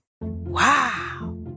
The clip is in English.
Wow